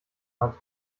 hat